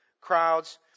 crowds